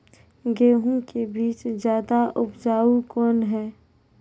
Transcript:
गेहूँ के बीज ज्यादा उपजाऊ कौन है?